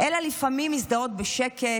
אלא לפעמים מזדהות בשקט,